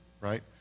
Right